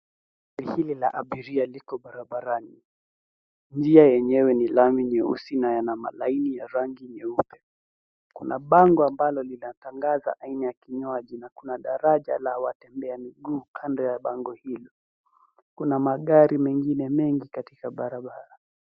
Gari hili la abiria liko barabarani. Njia yenyewe ni lami nyeusi na yana malaini ya rangi nyeupe. Kuna bango ambalo linatangaza aina ya kinywaji, na kuna daraja la watembea miguu kando ya bango hilo. Kuna magari mengine mengi katika barabara.